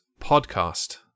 podcast